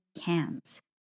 cans